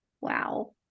wow